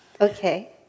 Okay